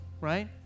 right